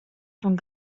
von